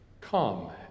come